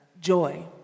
joy